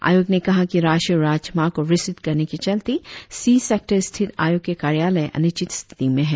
आयोग ने कहा कि राष्ट्रीय राजमार्ग को विस्तृत करने के चलते सी सेक्टर स्थित आयोग के कार्यालय अनिश्चित स्थिति में है